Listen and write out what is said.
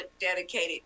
dedicated